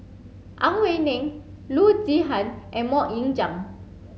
Ang Wei Neng Loo Zihan and Mok Ying Jang